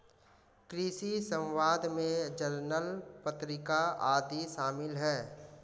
कृषि समवाद में जर्नल पत्रिका आदि शामिल हैं